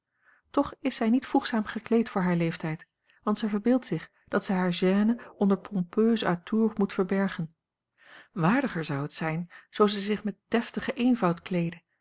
toch is zij niet voegzaam gekleed voor haar leeftijd want zij verbeeldt zich dat zij haar gêne onder pompeuse atours moet verbergen waardiger zou het zijn zoo zij zich met deftigen